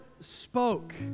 spoke